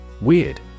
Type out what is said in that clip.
Weird